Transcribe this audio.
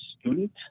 student